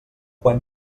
quan